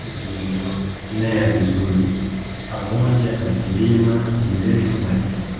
zilizomea vizuri pamoja na vilima virefu na vifupi.